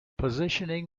positioning